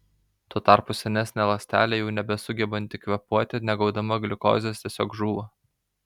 tuo tarpu senesnė ląstelė jau nebesugebanti kvėpuoti negaudama gliukozės tiesiog žūva